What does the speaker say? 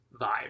vibe